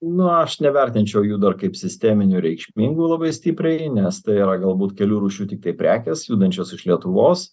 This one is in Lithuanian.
na aš nevertinčiau jų dar kaip sisteminių ir reikšmingų labai stipriai nes tai yra galbūt kelių rūšių tiktai prekės judančios iš lietuvos